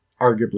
arguably